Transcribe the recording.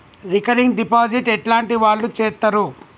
Recurring deposit ఎట్లాంటి వాళ్లు చేత్తరు?